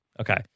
Okay